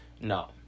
No